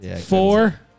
Four